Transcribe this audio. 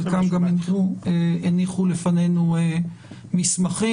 חלקם גם הניחו לפנינו מסמכים,